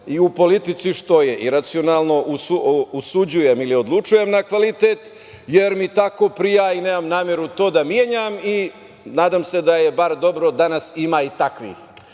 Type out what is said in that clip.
i u politici što je iracionalno usuđujem ili odlučujem na kvalitet jer mi tako prija i nemam nameru to da menjam. Nadam se da je bar dobro danas imati i takvih.